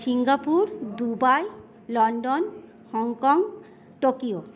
Singapore Dubai London Hong Kong Tokyo